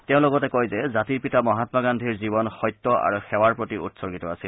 তেওঁ লগতে কয় যে জাতিৰ পিতা মহামা গান্ধীৰ জীৱন সত্য আৰু সেৱাৰ প্ৰতি উৎসৰ্গিত আছিল